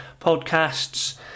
podcasts